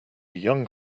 young